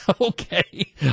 Okay